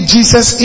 Jesus